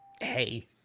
Hey